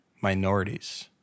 Minorities